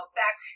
back